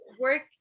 work